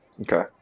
Okay